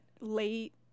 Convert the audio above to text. late